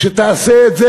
כשתעשה את זה,